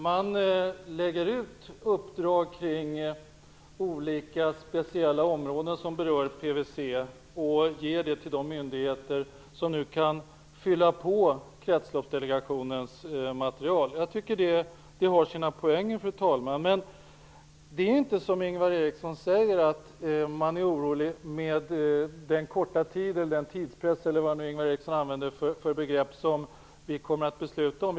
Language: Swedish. Man lägger ut uppdrag kring olika speciella områden som berör PVC och ger det till de myndigheter som nu kan fylla kretsloppsdelegationens material. Jag tycker att det har sin poäng. Det är dock inte som Ingvar Eriksson säger att man är orolig beträffande den korta tid, den tidspress eller vilket uttryck Ingvar Eriksson nu använde, som vi kommer att fatta beslut om.